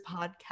podcast